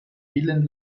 willen